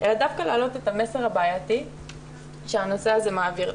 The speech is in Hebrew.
אלא דווקא להעלות את המסר הבעייתי שהנושא הזה מעביר,